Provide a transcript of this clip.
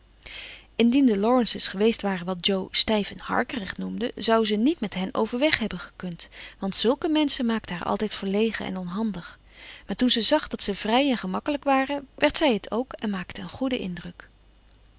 indien de laurences geweest waren wat jo stijf en harkerig noemde zou ze niet met hen overweg hebben gekund want zulke menschen maakten haar altijd verlegen en onhandig maar toen ze zag dat ze vrij en gemakkelijk waren werd zij het ook en maakte een goeden indruk